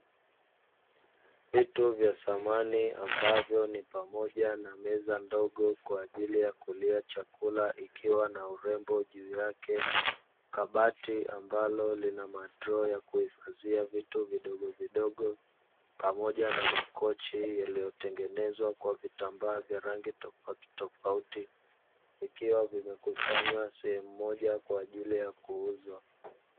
Vitu vya samani ambavyo ni pamoja na meza ndogo kwa ajili ya kulia chakula ikiwa na urembo juu yake, kabati ambalo lina droo kwa ajili ya kuhifadhia vitu vidogo vidogo pamoja na makochi yaliyotengenezwa kwa vitambaa vya rangi tofauti tofauti vikiwa vimekusanywa sehemu moja kwa ajili ya kuuzwa.